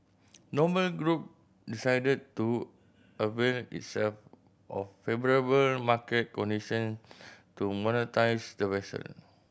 Noble Group decided to avail itself of favourable market condition to monetise the vessel